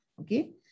okay